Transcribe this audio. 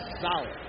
solid